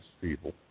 people